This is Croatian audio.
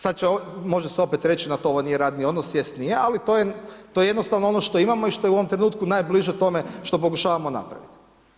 Sad se može opet reći na to ovo nije radni odnos, jest nije, ali to je jednostavno ono što imamo i što je u ovom trenutku najbliže tome što pokušavamo napraviti.